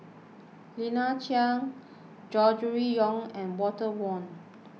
Lina Chiam Gregory Yong and Walter Woon